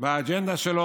באג'נדה שלו,